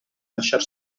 lasciar